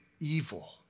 evil